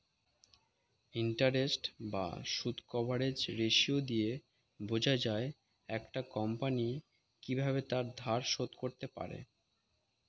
interest বা সুদ coverage ratio দিয়ে বোঝা যায় একটা কোম্পানি কিভাবে তার ধার শোধ করতে পারে